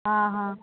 ହଁ ହଁ